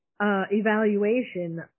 evaluation